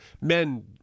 Men